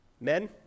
Men